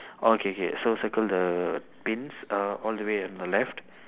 oh K K so circle the pins uh all the way on the left